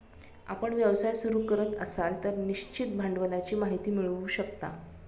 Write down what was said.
आपण व्यवसाय सुरू करत असाल तर निश्चित भांडवलाची माहिती मिळवू शकता